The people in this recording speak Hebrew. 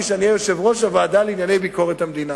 שאני אהיה יושב-ראש הוועדה לענייני ביקורת המדינה,